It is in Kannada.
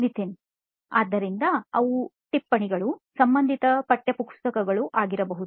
ನಿತಿನ್ ಆದ್ದರಿಂದ ಅವು ಟಿಪ್ಪಣಿಗಳು ಸಂಬಂಧಿತ ಪಠ್ಯಪುಸ್ತಕಗಳು ಆಗಿರಬಹುದು